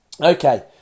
Okay